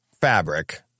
fabric